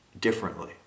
differently